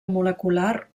molecular